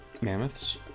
Mammoths